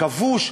כבוש,